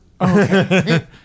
Okay